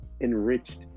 enriched